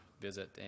visit